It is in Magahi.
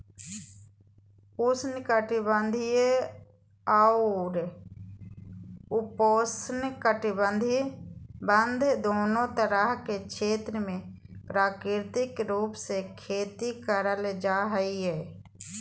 उष्ण कटिबंधीय अउर उपोष्णकटिबंध दोनो तरह के क्षेत्र मे प्राकृतिक रूप से खेती करल जा हई